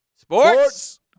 Sports